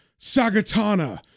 Sagatana